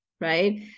right